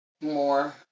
more